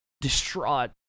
distraught